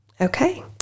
Okay